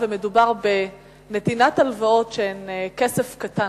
ומדובר בנתינת הלוואות שהן כסף קטן.